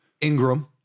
ingram